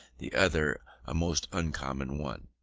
the other a most uncommon one.